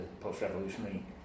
post-revolutionary